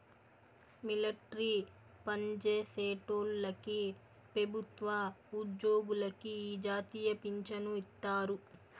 military పన్జేసేటోల్లకి పెబుత్వ ఉజ్జోగులకి ఈ జాతీయ పించను ఇత్తారు